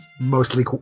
Mostly